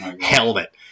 helmet